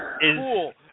cool